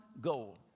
goal